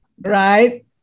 right